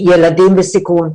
ילדים בסיכון,